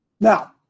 Now